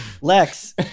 Lex